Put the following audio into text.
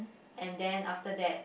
and then after that